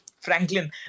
franklin